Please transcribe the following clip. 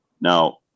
Now